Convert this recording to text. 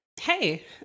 Hey